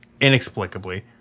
inexplicably